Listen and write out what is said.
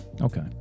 Okay